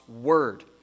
word